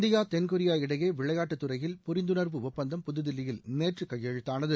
India தென்கொரியா இடையே விளையாட்டு துறையில் புரிந்துணர்வு ஒப்பந்தம் புதுதில்லியில் நேற்று கையெழுத்தானது